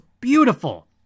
beautiful